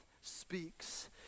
speaks